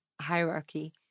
hierarchy